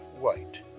White